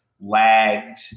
lagged